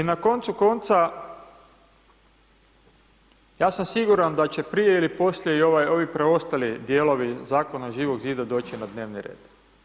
I na koncu konca, ja sam siguran da će prije ili poslije i ovi preostali dijelovi zakona od Živog zida doći na dnevni red.